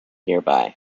nearby